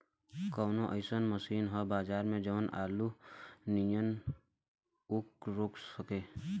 कवनो अइसन मशीन ह बजार में जवन आलू नियनही ऊख रोप सके?